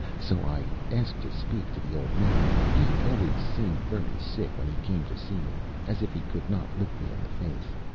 so i asked to speak to the old man. he always seemed very sick when he came to see me as if he could not look me in the face.